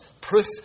proof